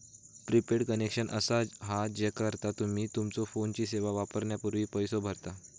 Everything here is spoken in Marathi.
प्रीपेड कनेक्शन असा हा ज्याकरता तुम्ही तुमच्यो फोनची सेवा वापरण्यापूर्वी पैसो भरता